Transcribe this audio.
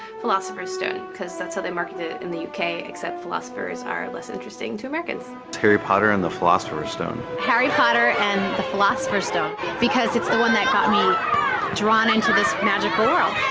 philosopher's stone cause that's how they market it in the uk except philosopher's are less interesting to americans. harry potter and the philosopher's stone. harry potter and the philosopher's stone because it's the one that got me drawn into this magical world.